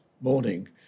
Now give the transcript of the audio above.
morning